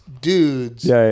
dudes